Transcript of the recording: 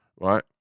right